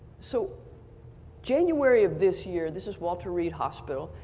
so january of this year, this is walter reid hospital,